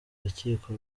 rukiko